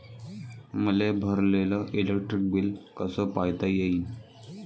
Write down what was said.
मले भरलेल electric bill कस पायता येईन?